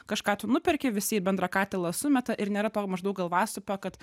kažką tu nuperki visi į bendrą katilą sumeta ir nėra to maždaug galvasupio kad